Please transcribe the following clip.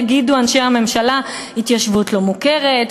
יגידו אנשי הממשלה: התיישבות לא מוכרת,